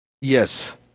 Yes